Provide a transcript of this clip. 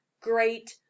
great